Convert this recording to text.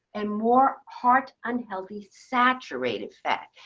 and more heart unhealthy saturated fat.